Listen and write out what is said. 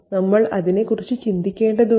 നമ്മൾ അതിനെക്കുറിച്ച് ചിന്തിക്കേണ്ടതുണ്ട്